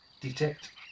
Detect